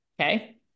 okay